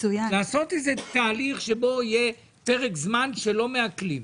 לעשות איזה תהליך שבו יהיה פרק זמן שלא מעקלים.